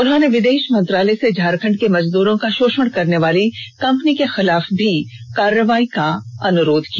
उन्होंने विदेश मंत्रालय से झारखण्ड के मजदूरो का शोषण करने वाली कंपनी के खिलाफ कार्रवाई करने का भी अनुरोध किया